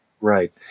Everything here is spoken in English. Right